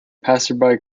passersby